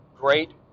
great